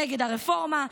נגד הרפורמה,